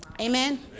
Amen